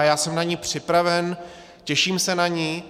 Já jsem na ni připraven, těším se na ni.